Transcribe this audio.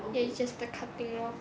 ya is just the cutting lor